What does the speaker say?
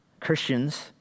Christians